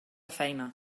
feina